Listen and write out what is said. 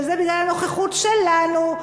וזה בגלל הנוכחות שלנו,